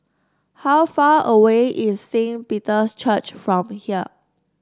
how far away is Saint Peter's Church from here